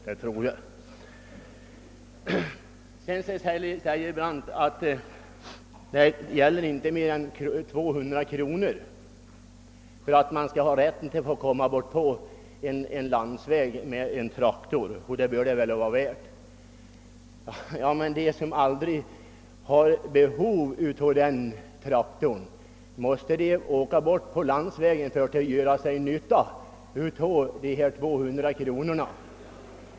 Vidare säger herr Brandt att det inte gäller mer än 200 kronor för att man skall ha rätt att köra på en landsväg med traktor och det bör det vara värt. Skall då de som aldrig har behov av landsvägskörning behöva ge sig ut på landsvägen för att dra nytta av de 200 kronorna?